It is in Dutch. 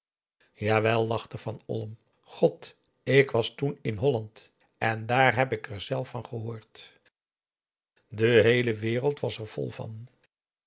jawel lachte van olm god ik was toen in holland en daar heb ik er zelf van gehoord de heele wereld was er vol van